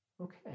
Okay